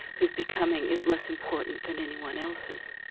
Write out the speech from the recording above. whose becoming, is less important than anyone else's.